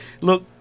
look